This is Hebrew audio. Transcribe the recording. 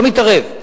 לא מתערב.